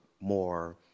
more